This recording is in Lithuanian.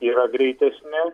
yra greitesni